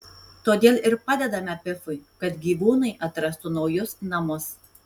todėl ir padedame pifui kad gyvūnai atrastų naujus namus